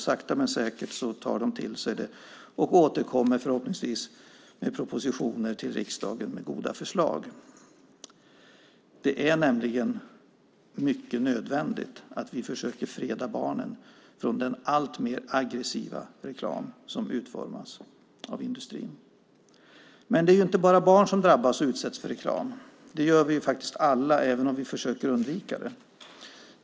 Sakta men säkert tar de till sig budskapet, och regeringen återkommer förhoppningsvis med propositionen till riksdagen med goda förslag. Det är nämligen mycket nödvändigt att vi fredar barnen från den alltmer aggressiva reklam som utformas av industrin. Men det är inte bara barn som drabbas av reklam. Det gör vi alla, även om vi försöker att undvika det.